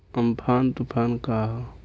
Amphan तुफान का ह?